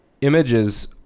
Images